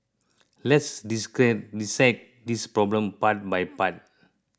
let's dissect this problem part by part